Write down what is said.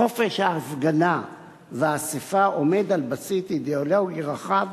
חופש ההפגנה והאספה עומד על בסיס אידיאולוגי רחב,